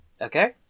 Okay